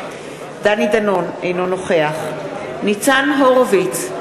דני דנון, אינו נוכח ניצן הורוביץ,